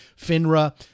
FINRA